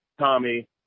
Tommy